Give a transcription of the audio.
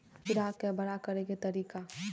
खीरा के बड़ा करे के तरीका?